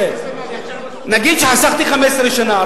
נגיד שחסכתי 15 שנה.